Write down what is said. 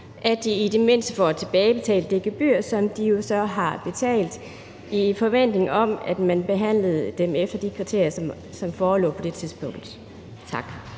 kraft, i det mindste får tilbagebetalt det gebyr, som de jo så har betalt i forventning om, at man behandlede dem efter de kriterier, som forelå på ansøgningstidspunktet. Tak.